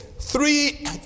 Three